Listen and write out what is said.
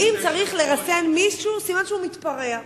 כי אם צריך לרסן מישהו, סימן שהוא מתפרע.